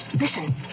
Listen